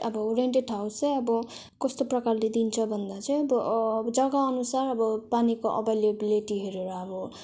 अब rented house चाहिँ अब कस्तो प्रकारले दिन्छ भन्दा चाहिँ अब जग्गाअनुसार अब पानीको अभइलिबिलिटी हेरेर अब